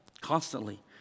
constantly